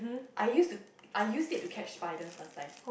I use to I used it to catch spiders last time